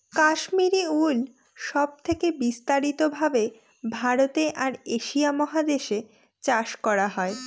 Kashmiri wool সব থেকে বিস্তারিত ভাবে ভারতে আর এশিয়া মহাদেশে চাষ করা হয়